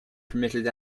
permitted